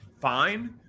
Fine